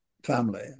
family